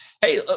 Hey